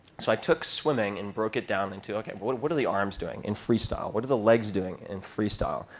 so i took swimming and broke it down into, ok, but what what are the arms doing in freestyle? what are the legs doing in freestyle?